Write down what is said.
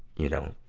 you know,